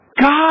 God